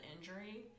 injury